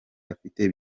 afite